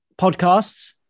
podcasts